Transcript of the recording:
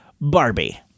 Barbie